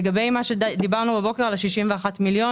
לגבי מה שדיברנו בבוקר על ה-61 מיליון,